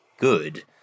good